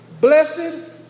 Blessed